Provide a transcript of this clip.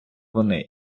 вони